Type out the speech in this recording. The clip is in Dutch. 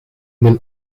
ben